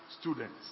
students